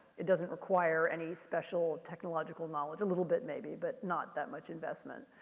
it doesn't require any special technological knowledge. a little bit maybe, but not that much investment.